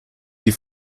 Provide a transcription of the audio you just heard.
die